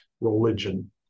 religion